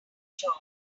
job